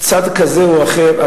צד כזה או אחר,